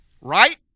right